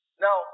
Now